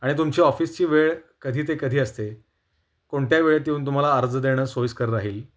आणि तुमची ऑफिसची वेळ कधी ते कधी असते कोणत्या वेळेत येऊन तुम्हाला अर्ज देणं सोयीस्कर राहील